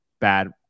bad